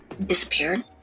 disappeared